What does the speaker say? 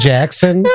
Jackson